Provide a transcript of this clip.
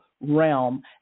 realm